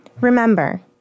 Remember